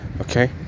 okay